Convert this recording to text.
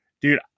dude